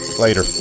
later